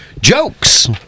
jokes